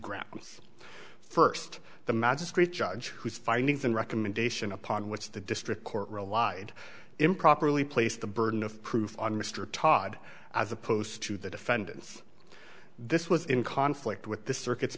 grounds first the magistrate judge whose findings and recommendation upon which the district court relied improperly place the burden of proof on mr todd as opposed to the defendant's this was in conflict with the circuits